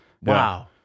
Wow